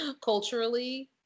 culturally